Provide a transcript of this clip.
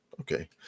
okay